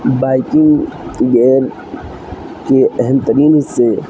biking gear کے اہم ترین ِحصّے